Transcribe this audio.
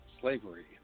slavery